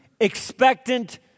expectant